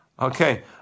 Okay